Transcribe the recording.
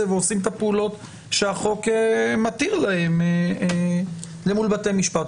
ועושים את הפעולות שהחוק מתיר להם למול בתי משפט.